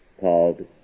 called